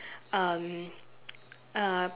um uh